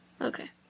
Okay